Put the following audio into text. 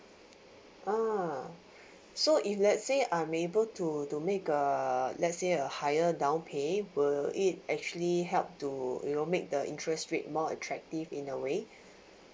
ah so if let say I'm able to to make a let say a higher down pay will it actually help to you know make the interest rate more attractive in a way